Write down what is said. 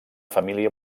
família